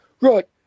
Right